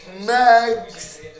Max